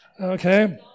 Okay